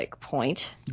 point